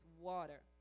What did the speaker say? water